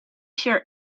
sure